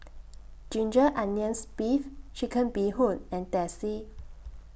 Ginger Onions Beef Chicken Bee Hoon and Teh C